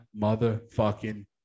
motherfucking